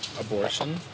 abortion